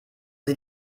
sie